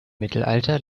mittelalter